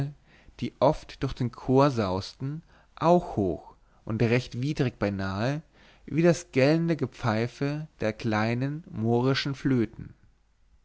die oft durch den chor sausten auch hoch und recht widrig beinahe wie das gellende gepfeife der kleinen mohrischen flöten